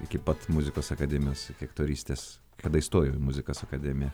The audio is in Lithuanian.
iki pat muzikos akademijos aktorystės kada įstojau į muzikos akademiją